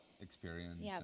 experience